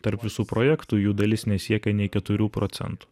tarp visų projektų jų dalis nesiekia nei keturių procentų